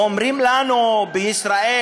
אומרים לנו בישראל,